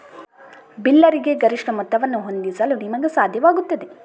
ಬಿಲ್ಲರಿಗೆ ಗರಿಷ್ಠ ಮೊತ್ತವನ್ನು ಹೊಂದಿಸಲು ನಿಮಗೆ ಸಾಧ್ಯವಾಗುತ್ತದೆ